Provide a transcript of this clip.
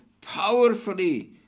powerfully